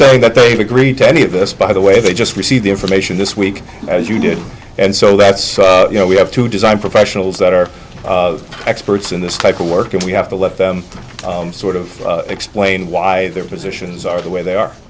saying that they've agreed to any of this by the way they just received the information this week as you did and so that's you know we have to design professionals that are experts in this type of work and we have to let them sort of explain why their positions are the way they are